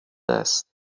است